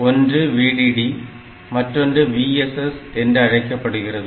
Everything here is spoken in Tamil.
ஒன்று VDD மற்றொன்று VSS என்று அழைக்கப்படுகிறது